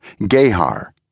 Gehar